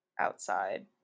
outside